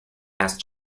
asked